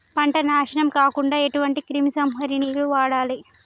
పంట నాశనం కాకుండా ఎటువంటి క్రిమి సంహారిణిలు వాడాలి?